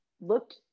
looked